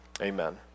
Amen